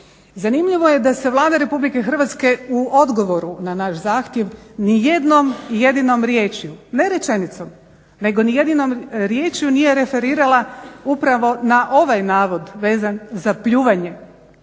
Zanimljivo je da se Vlada RH u odgovoru na naš zahtjev nijednom jedinom riječju, ne rečenicom, nego nijednom riječju nije referirala upravo na ovaj navod vezan za pljuvanje,